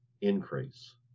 increase